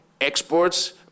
exports